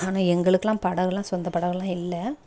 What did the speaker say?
ஆனால் எங்களுக்கெலாம் படகுலாம் சொந்த படகுலாம் இல்லை